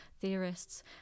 theorists